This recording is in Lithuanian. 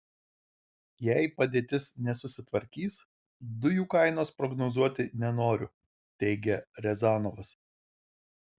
jei padėtis nesusitvarkys dujų kainos prognozuoti nenoriu teigia riazanovas